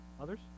Others